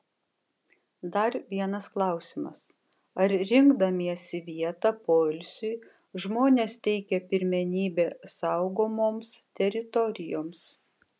dar vienas klausimas ar rinkdamiesi vietą poilsiui žmonės teikia pirmenybę saugomoms teritorijoms